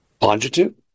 Longitude